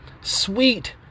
Sweet